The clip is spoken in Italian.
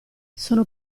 sono